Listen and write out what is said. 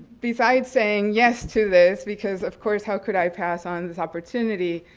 besides saying yes to this, because of course how could i pass on this opportunity,